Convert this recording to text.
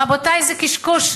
רבותי, זה קשקוש.